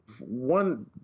one